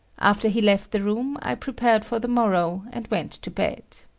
after he left the room, i prepared for the morrow and went to bed.